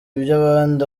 iby’abandi